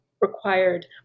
required